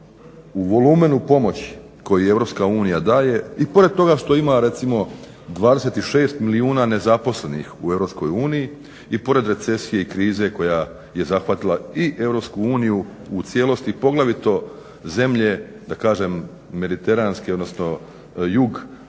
u volumenu pomoći koji Europska unija daje i pored toga što ima recimo 26 milijuna nezaposlenih u Europskoj uniji i pored recesije i krize koja je zahvatila i Europsku uniju u cijelosti, poglavito zemlje mediteranske, odnosno jug